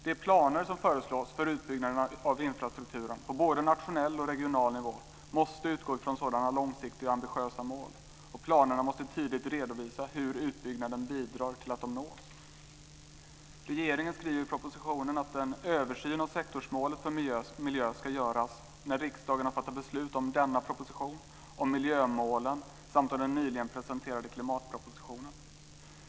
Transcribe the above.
De planer som föreslås för utbyggnaden av infrastrukturen på både nationell och regional nivå måste utgå från sådana långsiktiga och ambitiösa mål, och planerna måste tydligt redovisa hur utbyggnaden bidrar till att de nås. Regeringen skriver i propositionen att en översyn av sektorsmålet för miljö ska göras när riksdagen har fattat beslut om denna proposition, om miljömålen samt om den nyligen presenterade klimatpropositionen.